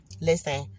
Listen